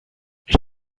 ich